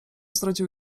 zrodził